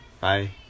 Bye